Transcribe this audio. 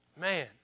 Man